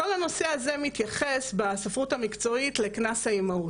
(שקף: רכיב קנס האימהות).